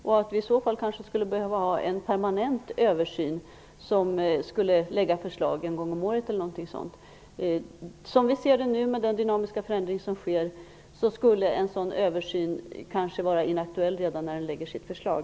Vi skulle i så fall kanske behöva ha en permanent översyn som skulle lägga fram förslag t.ex. en gång om året. Med tanke på den dynamiska förändring som sker skulle en sådan översyn kanske vara inaktuell redan när förslaget läggs fram.